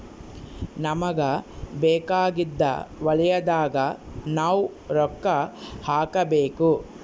ನಮಗ ಬೇಕಾಗಿದ್ದ ವಲಯದಾಗ ನಾವ್ ರೊಕ್ಕ ಹಾಕಬೇಕು